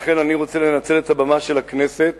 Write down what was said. לכן אני רוצה לנצל את הבמה של הכנסת